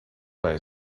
bij